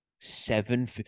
seven